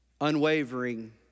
unwavering